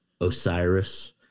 Osiris